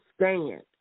stand